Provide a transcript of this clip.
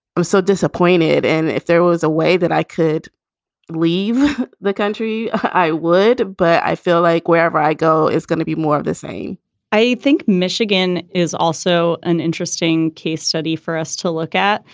i'm so disappointed. and if there was a way that i could leave the country, i would but i feel like wherever i go, it's going to be more of the same i think michigan is also an interesting case study for us to look at.